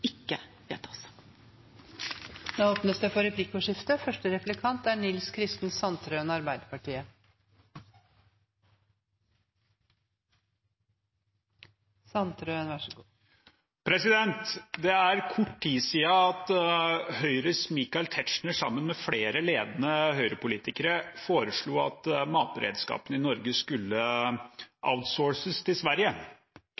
ikke vedtas. Det blir replikkordskifte. Det er kort tid siden Høyres Michael Tetzschner sammen med flere ledende Høyre-politikere foreslo at matberedskapen i Norge skulle